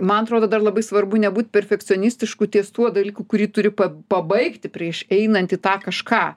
man atrodo dar labai svarbu nebūt perfekcionistišku ties tuo dalyku kurį turi pabaigti prieš einant į tą kažką